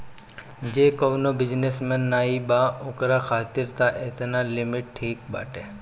जे कवनो बिजनेस में नाइ बा ओकरा खातिर तअ एतना लिमिट ठीक बाटे